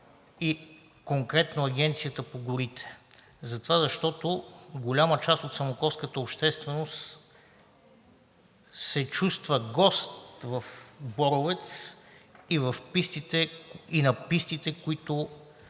и конкретно Агенцията по горите, защото голяма част от самоковската общественост се чувства гост в Боровец и на пистите, които